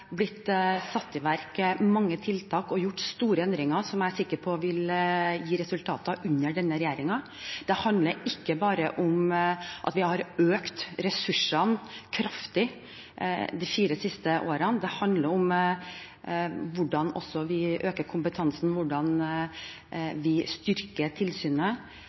satt i verk mange tiltak og gjort store endringer som jeg er sikker på vil gi resultater under denne regjeringen. Det handler ikke bare om at vi har økt ressursene kraftig de fire siste årene; det handler også om hvordan vi øker kompetansen, hvordan vi styrker tilsynet,